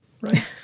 right